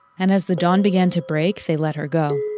and as the dawn began to break, they let her go.